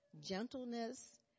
gentleness